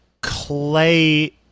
clay